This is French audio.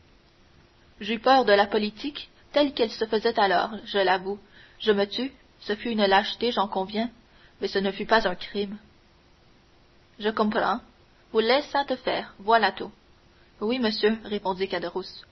j'eus peur de la politique telle qu'elle se faisait alors je l'avoue je me tus ce fut une lâcheté j'en conviens mais ce ne fut pas un crime je comprends vous laissâtes faire voilà tout oui monsieur répondit